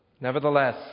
Nevertheless